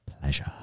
pleasure